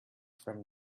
from